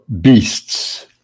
beasts